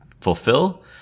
fulfill